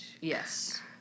Yes